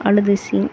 அழுத சீன்